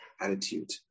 attitude